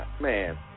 man